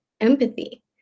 empathy